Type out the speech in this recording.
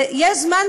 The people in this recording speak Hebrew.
יש זמן,